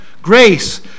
grace